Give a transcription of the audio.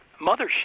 mothership